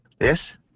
yes